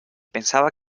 pensaba